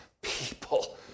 people